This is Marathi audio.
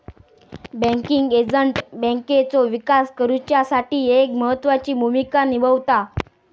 बँकिंग एजंट बँकेचो विकास करुच्यासाठी एक महत्त्वाची भूमिका निभावता